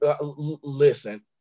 Listen